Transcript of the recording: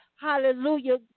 Hallelujah